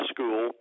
School